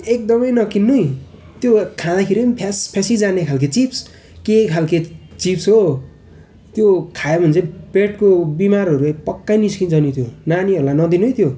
त्यो एकदमै नकिन्नु है त्यो खाँदाखेरि पनि फ्यास फ्यासी जाने खालके चिप्स के खालके चिप्स हो हो त्यो खायो भने चाहिँ पेटको बिमारहरू पक्कै निस्कन्छ नि त्यो नानीहरूलाई नदिनु है त्यो